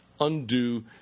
undo